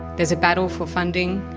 there's a battle for funding,